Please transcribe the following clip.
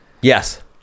Yes